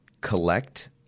collect –